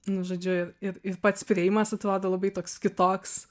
nu žodžiu ir pats priėjimas atrodo labai toks kitoks